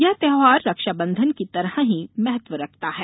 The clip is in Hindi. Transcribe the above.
यह त्योहार रक्षाबंधन की तरह ही महत्व रखता है